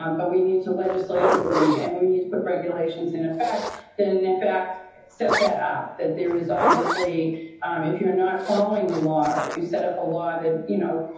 um but we need to legislatively and we need to put regulations in effect that in effect set that up, that there is obviously if you're not following the law or if you set up a law that, you know,